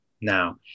now